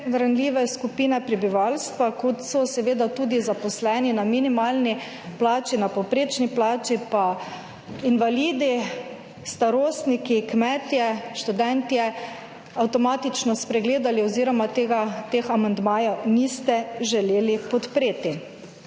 skupine prebivalstva, kot so seveda tudi zaposleni na minimalni plači, na povprečni plači pa invalidi, starostniki, kmetje, študentje, avtomatično spregledali oziroma teh amandmajev niste želeli podpreti.